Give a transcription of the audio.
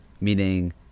Meaning